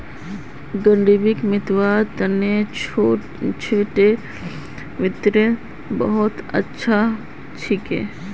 ग़रीबीक मितव्वार तने छोटो वित्त बहुत अच्छा छिको